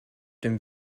dem